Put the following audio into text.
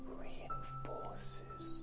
reinforces